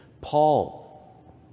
Paul